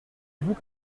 vous